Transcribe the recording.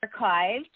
archived